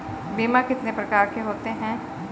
बीमा कितने प्रकार के होते हैं?